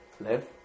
live